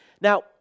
Now